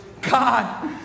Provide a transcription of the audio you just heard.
God